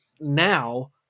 now